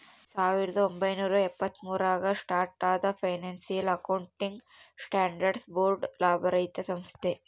ಸಾವಿರದ ಒಂಬೈನೂರ ಎಪ್ಪತ್ತ್ಮೂರು ರಾಗ ಸ್ಟಾರ್ಟ್ ಆದ ಫೈನಾನ್ಸಿಯಲ್ ಅಕೌಂಟಿಂಗ್ ಸ್ಟ್ಯಾಂಡರ್ಡ್ಸ್ ಬೋರ್ಡ್ ಲಾಭರಹಿತ ಸಂಸ್ಥೆ